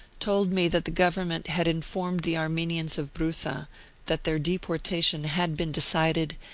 told me that the government had informed the armenians of broussa that their deportation had been decided,